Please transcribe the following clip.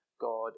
God